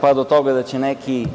pa do toga da će neki